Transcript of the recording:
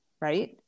right